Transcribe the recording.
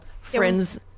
friends